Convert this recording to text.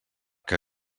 que